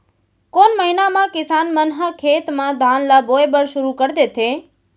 कोन महीना मा किसान मन ह खेत म धान ला बोये बर शुरू कर देथे?